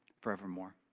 forevermore